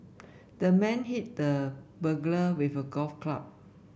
the man hit the burglar with a golf club